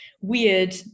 weird